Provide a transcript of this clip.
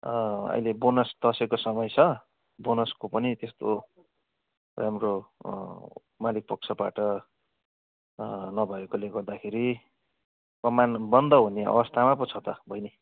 अहिले बोनस दसैँको समय छ बोनसको पनि त्यस्तो राम्रो मालिकपक्षबाट नभएकोले गर्दाखेरि कमान बन्द हुने अवस्थामा पो छ त बैनी